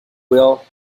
will